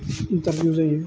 interview जायो